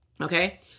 okay